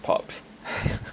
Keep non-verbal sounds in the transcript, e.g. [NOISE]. pubs [LAUGHS]